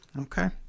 Okay